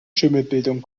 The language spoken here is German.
schimmelbildung